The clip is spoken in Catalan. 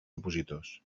opositors